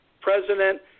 president